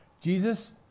Jesus